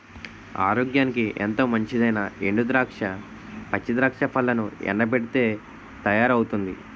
ఆరోగ్యానికి ఎంతో మంచిదైనా ఎండు ద్రాక్ష, పచ్చి ద్రాక్ష పళ్లను ఎండబెట్టితే తయారవుతుంది